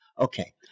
Okay